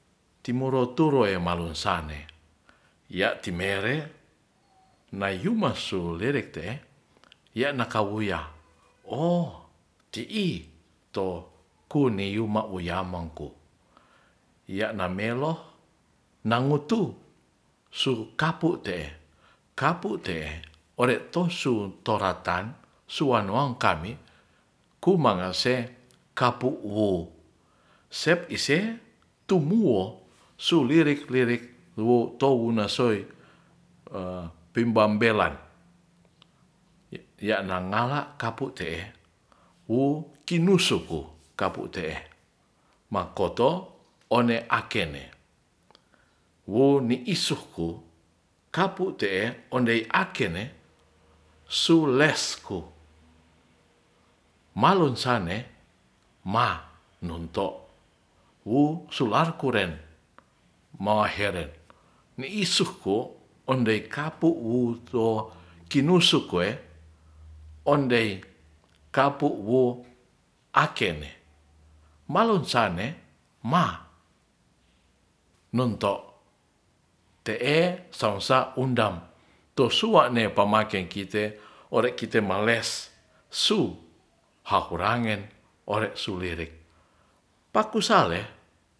Timoro turoe malo sane ya ri mere nayuma su lirik te'e ya manakawuyah oo ti'i to kunei yuma woyamangko ya namelo nangutu su kapuk te'e kapuk te'e ore to su toratan suanuwang kami ku mangase kapuk wo sep ise tu muo su lirik-lirik wo touna so pimbambelan ya na nganga kapuk te'e wu kinursupu kapuk te'e makoto one akene wo ni isuhku kampuk te'e ondei ake ne su les hu malon sane mah nonto wui sularkuren maheren miisuh wo ondei kapuk wuto kinusuk we ondei kapuk wo ake'ne mal sane mah nunto te'e salsa undang to sua'ne pamake kite ore kite ma les su hahurangen hahorangen ore su lirik paku sale